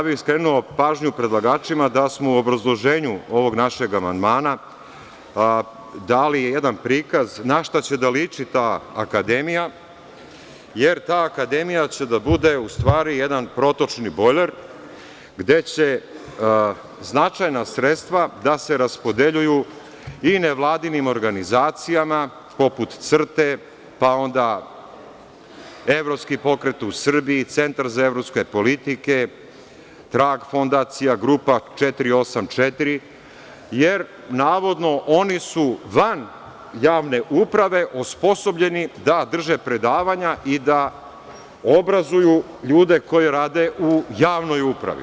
Skrenuo bih pažnju predlagačima da smo u obrazloženju ovog našeg amandmana dali jedan prikaz na šta će da liči ta akademija, jer ta akademija će da bude u stvari, jedan protočni bojler, gde će značajna sredstva da se raspodeljuju i nevladinim organizacijama, poput CRTE, pa onda Evropski pokret u Srbiji, Centar za evropske politike, Trag fondacija, Grupa 484, jer navodno oni su van javne uprave osposobljeni da drže predavanja i da obrazuju ljude koji rade u javnoj upravi.